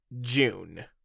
June